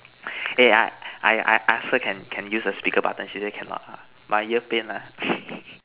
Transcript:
eh I I I I ask her can can use the speaker button she said cannot ah my ear pain ah